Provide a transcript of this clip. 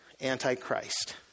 anti-Christ